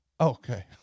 Okay